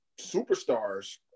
superstars